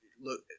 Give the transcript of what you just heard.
Look